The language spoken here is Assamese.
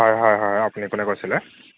হয় হয় হয় আপুনি কোনে কৈছিলে